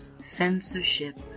censorship